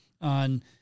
on